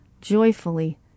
joyfully